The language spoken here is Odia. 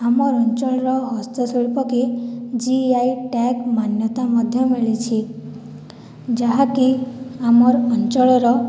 ଆମ ଅଞ୍ଚଳର ହସ୍ତ ଶିଳ୍ପ କେ ଜି ଆଇ ଟ୍ୟାଗ୍ ମାନ୍ୟତା ମଧ୍ୟ ମିଳିଛି ଯାହାକି ଆମର୍ ଅଞ୍ଚଳର